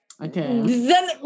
Okay